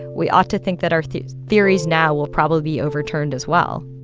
we ought to think that our theories theories now will probably be overturned as well